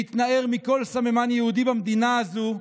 להתנער מכל סממן יהודי במדינה הזאת,